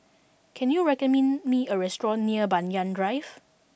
can you recommend me a restaurant near Banyan Drive